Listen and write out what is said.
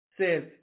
Says